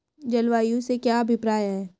जलवायु से क्या अभिप्राय है?